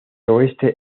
oeste